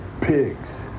pigs